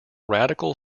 radical